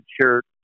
shirt